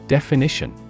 Definition